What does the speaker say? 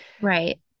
Right